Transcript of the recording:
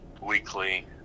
weekly